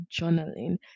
journaling